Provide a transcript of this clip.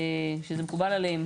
שזה מקובל עליהם.